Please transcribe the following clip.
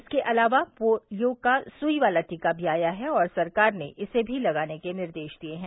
इसके अलावा पोलियो का सुई वाला टीका भी आया है और सरकार ने इसे भी लगाने के निर्देश दिए हैं